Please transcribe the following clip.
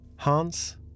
Hans